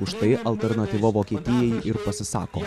už tai alternatyva vokietijai ir pasisako